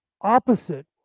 opposite